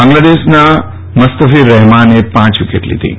બાંગ્લાદેશના મુસ્તફીર રહેમાને પાંચ વિકેટ લીધી હતી